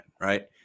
right